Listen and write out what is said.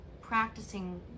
practicing